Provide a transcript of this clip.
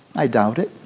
i doubt it.